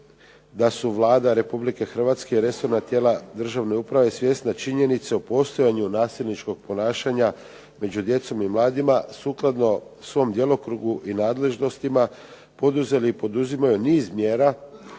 da su Vlada Republike Hrvatske i resorna tijela državne uprave svjesna činjenice o postojanju nasilničkog ponašanja među djecom i mladima, sukladno svom djelokrugu i nadležnostima poduzeli i poduzimaju niz mjera